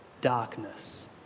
darkness